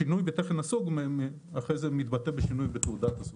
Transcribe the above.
שינוי בתכן הסוג אחרי זה מתבטא בשינוי בתעודת הסוג.